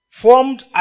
formed